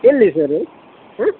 ಎಲ್ಲಿ ಸರ್ ಹಾಂ